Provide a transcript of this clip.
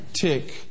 Tick